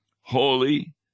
holy